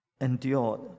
endured